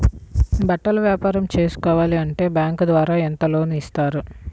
బట్టలు వ్యాపారం పెట్టుకోవాలి అంటే బ్యాంకు ద్వారా ఎంత లోన్ ఇస్తారు?